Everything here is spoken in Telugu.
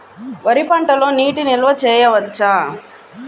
వరి పంటలో నీటి నిల్వ చేయవచ్చా?